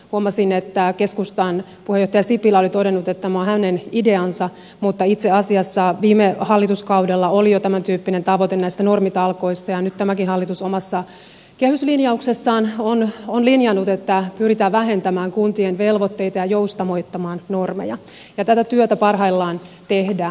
huomasin että keskustan puheenjohtaja sipilä oli todennut että tämä on hänen ideansa mutta itse asiassa viime hallituskaudella oli jo tämäntyyppinen tavoite näistä normitalkoista ja nyt tämäkin hallitus omassa kehyslinjauksessaan on linjannut että pyritään vähentämään kuntien velvoitteita ja joustavoittamaan normeja ja tätä työtä parhaillaan tehdään